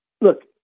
look